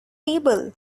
table